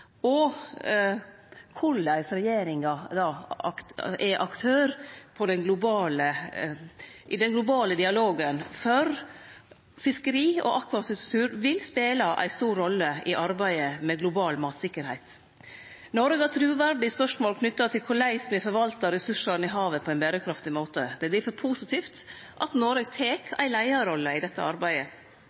Korleis regjeringa er aktør i den globale dialogen for fiskeri og akvakultur, vil spele ei stor rolle i arbeidet med global mattryggleik. Noreg har truverde i spørsmål knytte til korleis me forvaltar ressursane i havet på ein berekraftig måte. Det er difor positivt at Noreg tek ei leiarrolle i dette arbeidet.